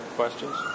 questions